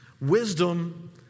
Wisdom